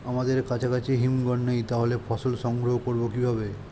আমাদের কাছাকাছি হিমঘর নেই তাহলে ফসল সংগ্রহ করবো কিভাবে?